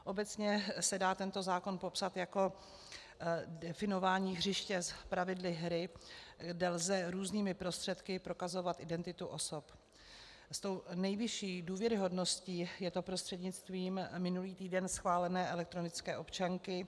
Obecně se dá tento zákon popsat jako definování hřiště s pravidly hry, kde lze různými prostředky prokazovat identitu osob, a s tou nejvyšší důvěryhodností je to prostřednictvím minulý týden schválené elektronické občanky.